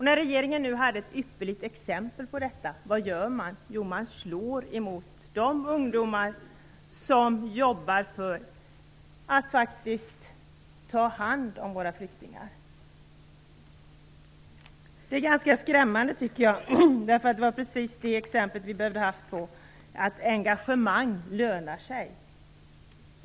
Men när regeringen nu hade fått ett ypperligt exempel på att så skett, vad gör den? Jo, den slår emot de ungdomar som jobbar för att faktiskt ta hand om våra flyktingar. Jag tycker att det är ganska skrämmande, eftersom vi hade behövt just ett exempel på att engagemang lönar sig.